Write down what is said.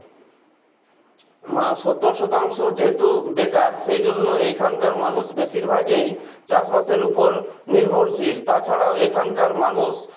মা সত্তর শতাংশ যেহেতু বেকার সেই জন্য এখানকার মানুষ বেশিরভাগেই চাষবাসের উপর নির্ভরশীল তাছাড়াও এখানকার মানুষ